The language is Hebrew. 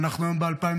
והיום אנחנו ב-2024.